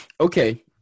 Okay